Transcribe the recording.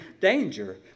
danger